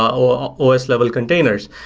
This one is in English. or or os level containers,